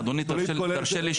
אדוני, תרשה לי שאלה.